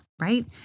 right